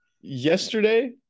Yesterday